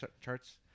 charts